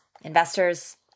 investors